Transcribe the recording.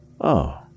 Oh